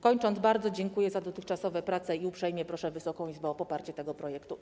Kończąc, bardzo dziękuję za dotychczasowe prace i uprzejmie proszę Wysoką Izbę o poparcie tego projektu.